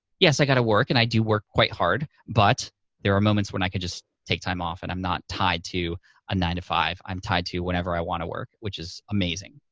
yes, i gotta work, and i do work quite hard, but there are moments when i can just take time off and i'm not tied to a nine-to-five. i'm tied to whenever i wanna work, which is amazing.